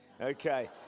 Okay